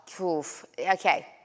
okay